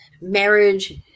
marriage